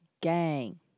gang